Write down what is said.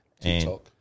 TikTok